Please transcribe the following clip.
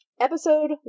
episode